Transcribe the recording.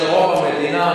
זה רוב המדינה.